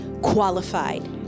qualified